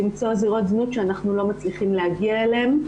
נמצאות זרועות זנות שאנחנו לא מצליחים להגיע אליהם,